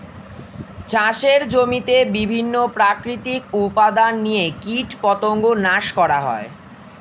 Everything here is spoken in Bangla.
চাষের জমিতে বিভিন্ন প্রাকৃতিক উপাদান দিয়ে কীটপতঙ্গ নাশ করা হয়